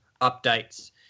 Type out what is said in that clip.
updates